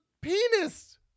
penis